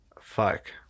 fuck